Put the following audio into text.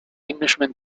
englishman